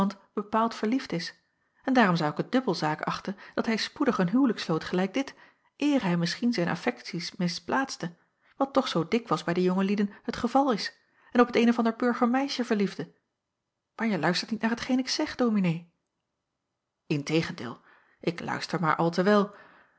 bepaald verliefd is en daarom zou ik het dubbel zaak achten dat hij spoedig een huwelijk sloot gelijk dit eer hij misschien zijn affekties misplaatste wat toch zoo dikwijls bij de jonge lieden het geval is en op het een of ander burgermeisje verliefde maar je luistert niet naar hetgeen ik zeg dominee in tegendeel ik luister maar al te wel